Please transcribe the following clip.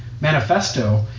manifesto